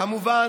כמובן